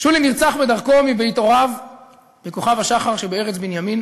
שולי נרצח בדרכו מבית הוריו בכוכב-השחר שבארץ בנימין